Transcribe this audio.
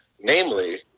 Namely